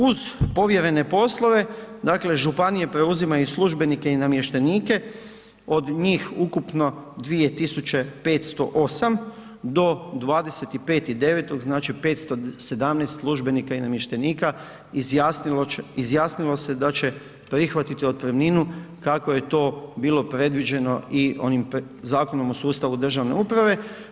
Uz povjerene poslove, dakle županije preuzimaju i službenike i namještenike, od njih ukupno 2508 do 25.9., znači 517 službenika i namještenika izjasnilo se da će prihvatiti otpremninu kako je to bilo predviđeno i onim Zakonom o sustavu državne uprave.